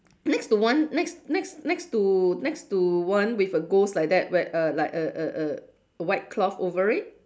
next to one next next next to next to one with a ghost like that wea~ a like a a a a white cloth over it